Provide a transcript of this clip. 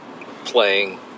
playing